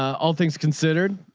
all things considered,